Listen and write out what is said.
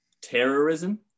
terrorism